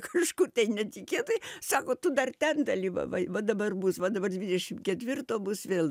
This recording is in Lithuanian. kažkur netikėtai sako tu dar ten dalyvavai va dabar bus va dabar dvidešimt ketvirto bus vėl